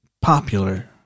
popular